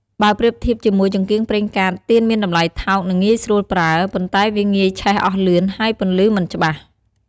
បើប្រៀបធៀបជាមួយចង្កៀងប្រេងកាត ទៀនមានតម្លៃថោក និងងាយស្រួលប្រើ ប៉ុន្តែវាងាយឆេះអស់លឿន ហើយពន្លឺមិនច្បាស់។